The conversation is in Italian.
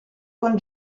con